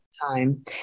time